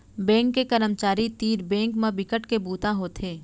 bank के करमचारी तीर बेंक म बिकट के बूता होथे